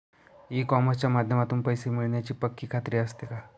E कॉमर्सच्या माध्यमातून पैसे मिळण्याची पक्की खात्री असते का?